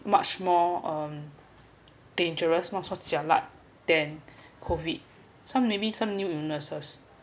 much more um dangerous much more jialat than COVID some maybe some new illnesses